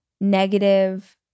negative